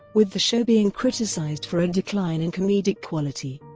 with the show being criticized for a decline in comedic quality.